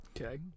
Okay